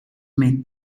may